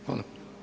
Hvala.